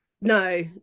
no